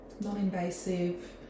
non-invasive